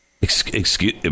excuse